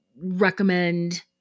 recommend